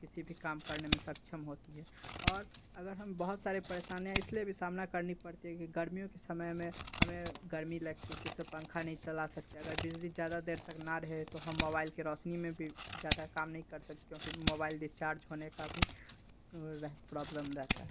किसी भी काम करने में सक्षम होती है और अगर हम बहुत सारे परेशान है इसलिए भी सामना करनी पड़ती है कि गर्मियों के समय में हमें गर्मी लगती है जिससे पंखा नहीं चला सकते अगर बिजली ज़्यादा देर तक न रहे तो हम मोबाइल के रौशनी में भी ज़्यादा काम नहीं कर सकते क्योंकि मोबाइल डिस्चार्ज होने का भी वह प्रॉब्लम रहता है